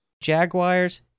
Jaguars